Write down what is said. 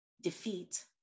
defeat